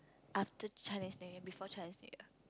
after Chinese-New-Year before Chinese-New-Year